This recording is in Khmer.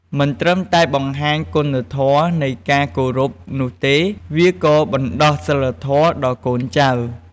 មិនត្រឹមតែបង្ហាញគុណធម៌នៃការគោរពនោះទេ វាក៏បណ្តុះសីលធម៌ដល់កូនចៅ។